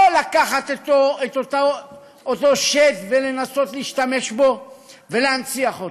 לא לקחת את אותו שד ולנסות להשתמש בו ולהנציח אותו.